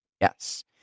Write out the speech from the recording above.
Yes